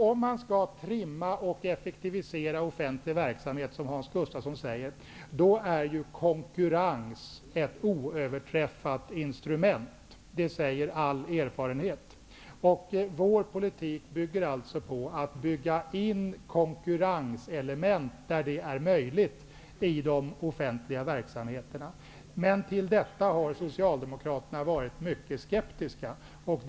Om man skall trimma och effektivisera offentlig verksamhet, som Hans Gustafsson säger, är ju konkurrens ett oöverträffat instrument. Det visar all erfarenhet. Vår politik baseras på att man skall bygga in konkurrenselement där så är möjligt i de offentliga verksamheterna. Men socialdemokraterna har varit mycket skeptiska till det.